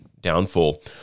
downfall